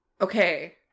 okay